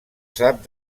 sap